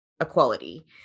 equality